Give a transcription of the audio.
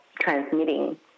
transmitting